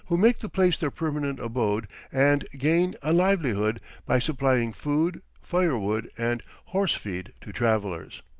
who make the place their permanent abode and gain a livelihood by supplying food, firewood, and horse-feed to travellers.